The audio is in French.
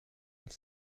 elle